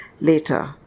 later